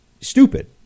stupid